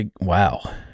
wow